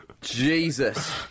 Jesus